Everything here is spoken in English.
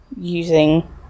using